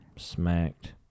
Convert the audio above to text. Smacked